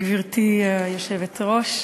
גברתי היושבת-ראש,